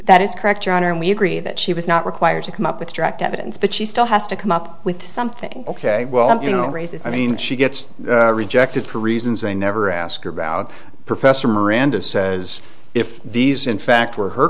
that is correct your honor and we agree that she was not required to come up with direct evidence but she still has to come up with something ok well you know raises i mean she gets rejected for reasons they never ask her about professor miranda says if these in fact were her